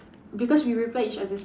because we replied each other's